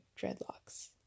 dreadlocks